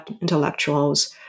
intellectuals